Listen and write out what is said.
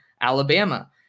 Alabama